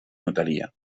notaria